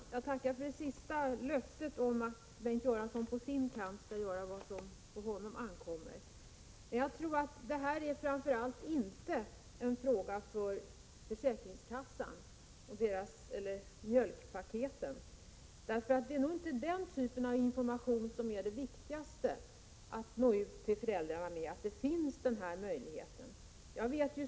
Herr talman! Jag tackar för löftet om att Bengt Göransson på sin kant skall göra vad som ankommer på honom. Men jag tror att det här inte är en fråga för framför allt försäkringskassan eller handlar om information på mjölkpaket. Det är nog inte informationen om att denna möjlighet finns som det är viktigast att nå ut med till föräldrarna.